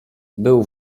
był